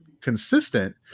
consistent